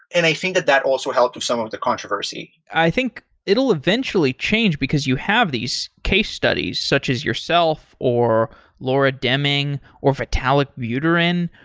and i think that that also helped with some of the controversy i think it will eventually change, because you have these case studies such as yourself or laura deming, or vitalik buterin,